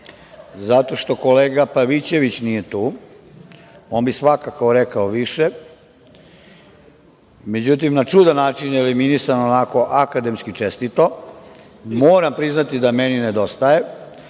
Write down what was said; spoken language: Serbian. zato što kolega Pavićević nije tu. On bi svakako rekao više. Međutim, na čudan način je eliminisan, onako akademski čestito. Moram priznati da meni nedostaje,